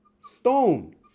stone